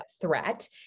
threat